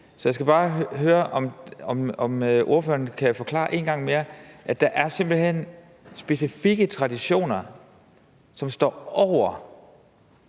Så jeg skal bare høre, om ordføreren kan forklare en gang mere, at der simpelt hen er specifikke traditioner, som står over,